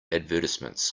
advertisements